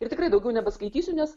ir tikrai daugiau nepaskaitysiu nes